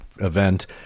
event